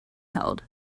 held